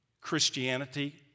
Christianity